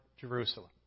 Jerusalem